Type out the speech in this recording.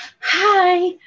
Hi